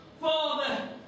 Father